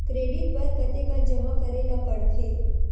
Credit बर कतेकन जमा करे ल पड़थे?